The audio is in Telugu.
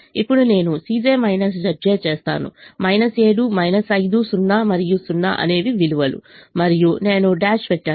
ఇప్పుడు నేను చేస్తాను 7 5 0 మరియు 0 అనేవి విలువలు మరియు నేను డాష్ పెట్టను